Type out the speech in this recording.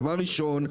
דבר ראשון,